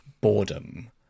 boredom